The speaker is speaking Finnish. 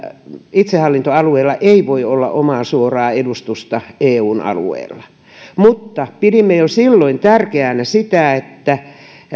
itsehallintoalueella ei voi olla omaa suoraa edustusta eun alueella mutta pidimme jo silloin tärkeänä sitä että